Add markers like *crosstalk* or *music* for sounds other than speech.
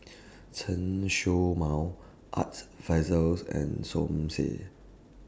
*noise* Chen Show Mao Arts Fazil's and Som Said